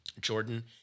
Jordan